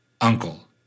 uncle